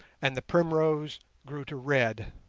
and the primrose grew to red.